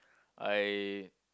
I